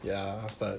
ya but